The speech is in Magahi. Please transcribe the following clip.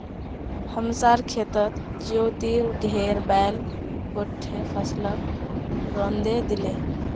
हमसार खेतत ज्योतिर घेर बैल गोट्टे फसलक रौंदे दिले